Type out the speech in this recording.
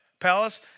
Palace